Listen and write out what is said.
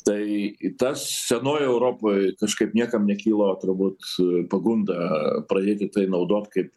tai į tas senojoj europoj kažkaip niekam nekilo turbūt pagunda pradėti tai naudot kaip